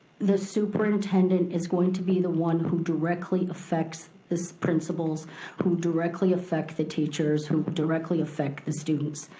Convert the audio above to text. the superintendent is going to be the one who directly affects the so principals who directly affect the teachers who directly affect the students.